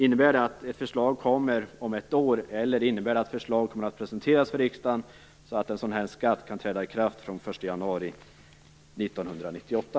Innebär det att ett förslag kommer om ett år, eller innebär det att förslag kommer att presenteras för riksdagen så att en sådan skatt kan gälla från den 1 januari 1998?